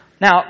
now